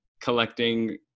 collecting